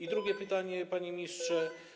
I drugie pytanie, panie ministrze.